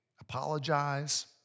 apologize